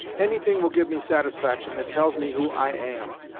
anything will give me satisfaction that tells me who i am,